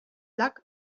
luck